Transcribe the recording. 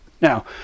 Now